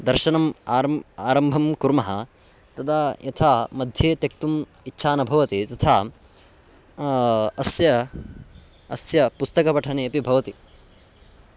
दर्शनम् आरम् आरम्भं कुर्मः तदा यथा मध्ये त्यक्तुम् इच्छा न भवति तथा अस्य अस्य पुस्तकपठने अपि भवति